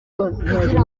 kugira